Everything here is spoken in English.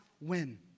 win